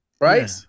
right